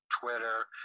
Twitter